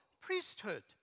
priesthood